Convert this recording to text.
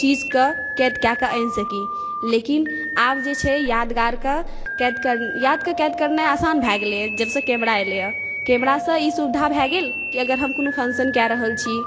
ओ चीज़ के क़ैद कए कऽ आनि सकी लेकिन आब जे छै याद के क़ैद याद के क़ैद करनाइ आसान भए गेलै हँ जब सॅं कैमरा एलै हँ कैमरा सॅं ई सुविधा भए गेल की अगर हम कोनो फ़ंक्शन कए रहल छी